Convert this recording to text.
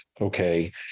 okay